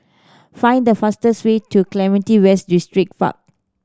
find the fastest way to Clementi West Distripark